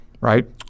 right